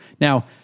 Now